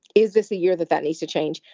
is this the year that that needs to change?